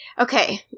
Okay